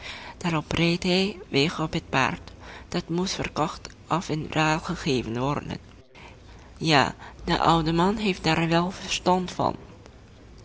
daarop reed hij weg op het paard dat moest verkocht of in ruil gegeven worden ja de oude man heeft daar wel verstand van